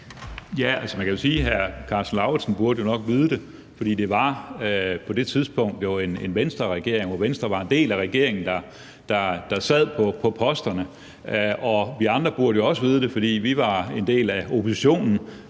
Ja, man kan jo sige, at hr. Karsten Lauritzen jo nok burde vide det, for det var på det tidspunkt en Venstreledet regering – Venstre var en del af regeringen – der sad på posterne. Og vi andre burde jo også vide det, for vi var en del af oppositionen